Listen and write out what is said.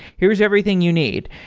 here's everything you need.